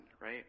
right